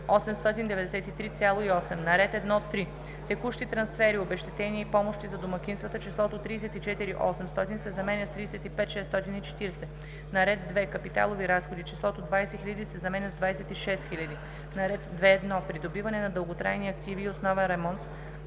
893,8“; - на ред 1.3. Текущи трансфери, обезщетения и помощи за домакинствата числото „34 800,0“ се заменя с „35 640,0“; - на ред 2. Капиталови разходи числото „20 000,0“ се заменя с „26 000,0“; - на ред 2.1. Придобиване на дълготрайни активи и основен ремонт